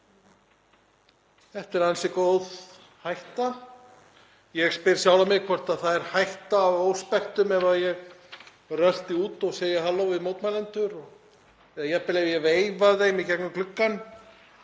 Þetta er ansi góð hætta. Ég spyr sjálfan mig hvort það sé hætta á óspektum ef ég rölti út og segi halló við mótmælendur eða jafnvel veifa þeim í gegnum gluggann,